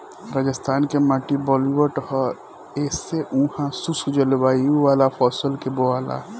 राजस्थान के माटी बलुअठ ह ऐसे उहा शुष्क जलवायु वाला फसल के बोआला